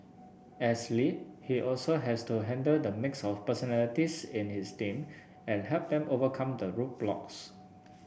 as lead he also has to handle the mix of personalities in his team and help them overcome the roadblocks